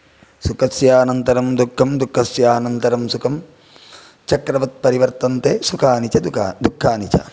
सुखस्यानन्तरं दुःखं दुःखस्यानन्तरं सुखं चक्रवत्परिवर्तन्ते सुखानि च दुःखा दुःखानि च